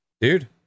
Dude